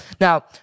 Now